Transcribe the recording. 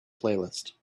playlist